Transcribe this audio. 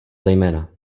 zejména